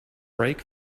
brake